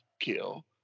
kill